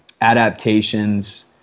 adaptations